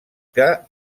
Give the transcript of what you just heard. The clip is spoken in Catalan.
que